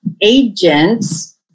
agents